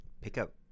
pickup